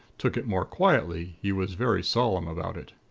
took it more quietly, he was very solemn about it.